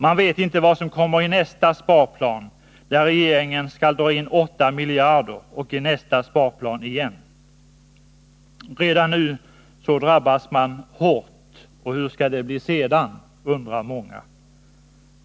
Man vet inte vad som kommer i nästa sparplan, där regeringen skall dra in 8 miljarder, och i nästa sparplan igen. Redan nu drabbas många hårt. Och hur skall det bli sedan? Det undrar många.